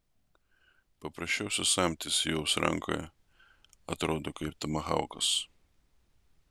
paprasčiausias samtis jos rankoje atrodo kaip tomahaukas